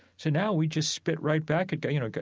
so now we just spit right back at god. you know,